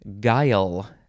guile